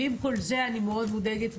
ועם כל זה אני מאוד מודאגת,